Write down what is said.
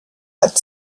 had